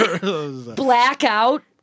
blackout